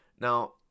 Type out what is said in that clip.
Now